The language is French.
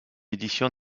édition